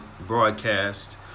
broadcast